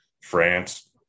France